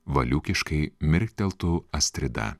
valiūkiškai mirkteltų astrida